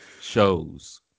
shows